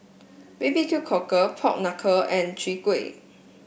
B B Q Cockle Pork Knuckle and Chwee Kueh